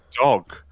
dog